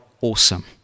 awesome